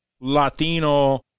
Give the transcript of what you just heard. Latino